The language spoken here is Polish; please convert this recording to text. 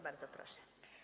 Bardzo proszę.